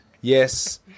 yes